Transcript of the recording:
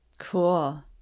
Cool